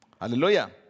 Hallelujah